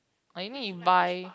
orh you mean you buy